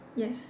yes